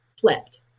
flipped